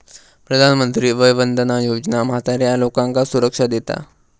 प्रधानमंत्री वय वंदना योजना म्हाताऱ्या लोकांका सुरक्षा देता